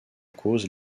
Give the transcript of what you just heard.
cause